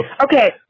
Okay